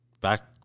back